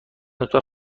اتاق